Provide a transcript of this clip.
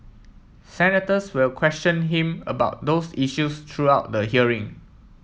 senators will question him about those issues throughout the hearing